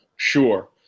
Sure